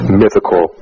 mythical